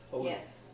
Yes